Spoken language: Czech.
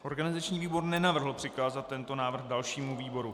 Organizační výbor nenavrhl přikázat tento návrh dalšímu výboru.